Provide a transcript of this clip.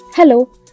Hello